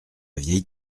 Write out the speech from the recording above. vieille